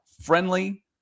Friendly